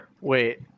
wait